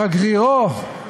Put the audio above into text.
שגרירו,